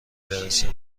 برسه